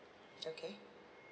okay